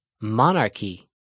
Monarchy